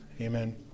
Amen